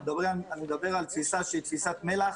אני מדבר על תפיסה של מל"ח,